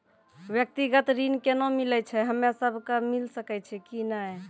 व्यक्तिगत ऋण केना मिलै छै, हम्मे सब कऽ मिल सकै छै कि नै?